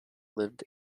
lived